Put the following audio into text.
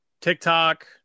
TikTok